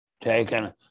taken